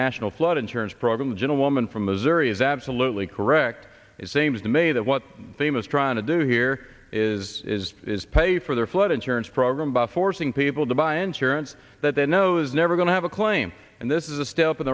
national flood insurance program the gentlewoman from missouri is absolutely correct it seems to me that what the most trying to do here is is pay for their flood insurance program by forcing people to buy insurance that they know is never going to have a claim and this is a step in